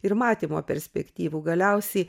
ir matymo perspektyvų galiausiai